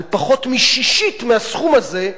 על פחות משישית מהסכום הזה,